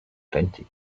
plenty